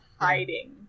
hiding